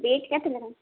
beet କେତେ ଲେଖାଁ